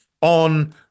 on